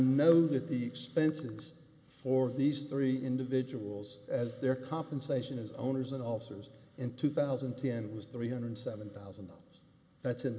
know that the expenses for these three individuals as their compensation is owners and officers in two thousand and ten was three hundred seven thousand dollars that's in